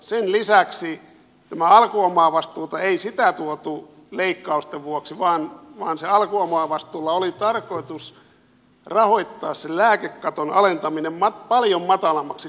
sen lisäksi tätä alkuomavastuuta ei tuotu leik kausten vuoksi vaan sillä alkuomavastuulla oli tarkoitus rahoittaa se lääkekaton alentaminen paljon matalammaksi kuin mihin se nyt jätettiin